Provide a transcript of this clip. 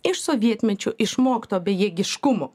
iš sovietmečiu išmokto bejėgiškumo